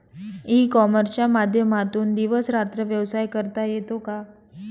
E कॉमर्सच्या माध्यमातून दिवस रात्र व्यवसाय करता येतो का?